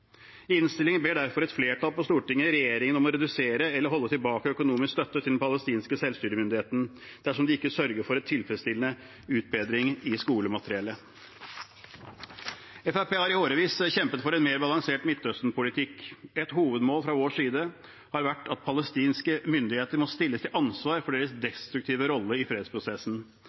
I innstillingen ber derfor et flertall på Stortinget regjeringen om å redusere eller holde tilbake økonomisk støtte til den palestinske selvstyremyndigheten dersom de ikke sørger for en tilfredsstillende utbedring av skolemateriellet. Fremskrittspartiet har i årevis kjempet for en mer balansert midtøstenpolitikk. Et hovedmål fra vår side har vært at palestinske myndigheter må stilles til ansvar for sin destruktive rolle i fredsprosessen.